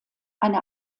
eine